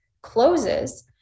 closes